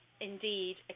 indeed